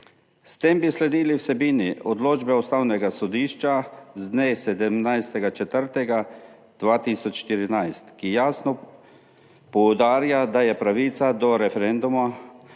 S tem bi sledili vsebini odločbe Ustavnega sodišča z dne 17. 4. 2014, ki jasno poudarja, da je pravica do referenduma